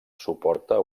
suporta